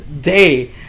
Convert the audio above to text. day